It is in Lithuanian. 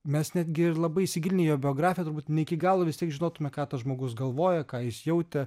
mes netgi ir labai įsigilinę į jo biografiją turbūt ne iki galo vis tiek žinotume ką tas žmogus galvojo ką jis jautė